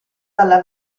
dalla